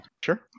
Sure